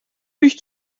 mich